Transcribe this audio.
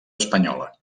espanyola